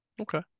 Okay